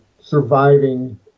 surviving